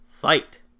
Fight